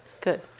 Good